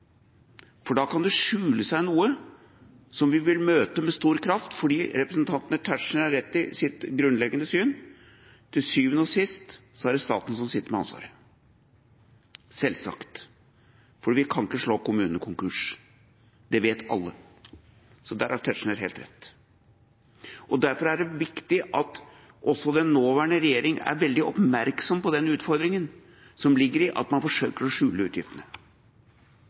for da kan det skjule seg noe som vi vil møte med stor kraft senere. Representanten Tetzschner har rett i sitt grunnleggende syn: Til syvende og sist er det staten som sitter med ansvaret, selvsagt, for vi kan ikke slå kommunene konkurs. Det vet alle. Så der har Tetzschner helt rett. Derfor er det viktig at også den nåværende regjering er veldig oppmerksom på den utfordringen som ligger i at man forsøker å skjule utgiftene.